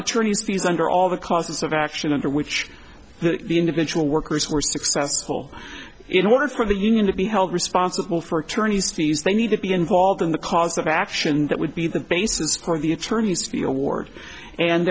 attorneys fees under all the costs of action under which the individual workers were successful in order for the union to be held responsible for attorneys fees they need to be involved in the cause of action that would be the basis for the attorneys to be award and